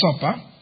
Supper